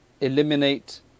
eliminate